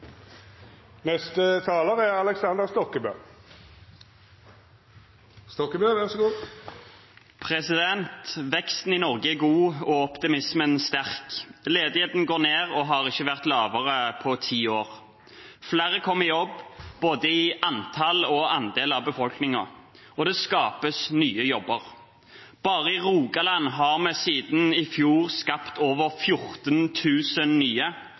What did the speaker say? er viktigst. Veksten i Norge er god og optimismen sterk. Ledigheten går ned og har ikke vært lavere på ti år. Flere kommer i jobb, både i antall og andel av befolkningen, og det skapes nye jobber. Bare i Rogaland har vi siden i fjor skapt over 14 000 nye,